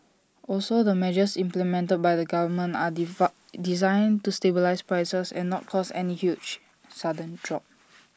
also the measures implemented by the government are D far designed to stabilise prices and not cause any huge sudden drop